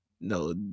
no